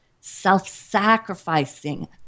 self-sacrificing